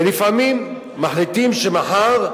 ולפעמים מחליטים שמחר,